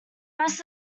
rest